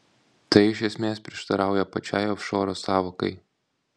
tai iš esmės prieštarauja pačiai ofšoro sąvokai